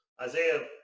Isaiah